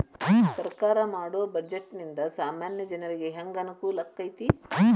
ಸರ್ಕಾರಾ ಮಾಡೊ ಬಡ್ಜೆಟ ನಿಂದಾ ಸಾಮಾನ್ಯ ಜನರಿಗೆ ಹೆಂಗ ಅನುಕೂಲಕ್ಕತಿ?